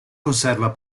conserva